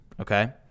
okay